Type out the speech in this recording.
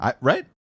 right